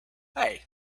hey